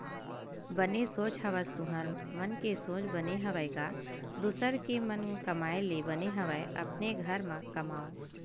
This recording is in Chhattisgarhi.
बने सोच हवस तुँहर मन के सोच बने हवय गा दुसर के म कमाए ले बने हवय अपने घर म कमाओ